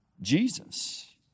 Jesus